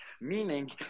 Meaning